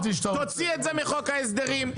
תוציא את זה מחוק ההסדרים,